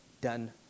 done